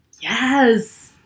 Yes